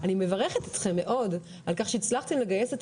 אני מברכת אתכם מאוד על כך שהצלחתם לגייס את